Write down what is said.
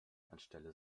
anstelle